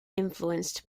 influenced